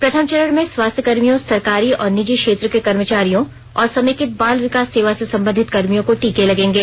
प्रथम चरण में स्वास्थ्य कर्मियों सरकारी और निजी क्षेत्र के कर्मचारियों और समेकित बाल विकास सेवा से संबंधित कर्मियों को टीके लगेंगे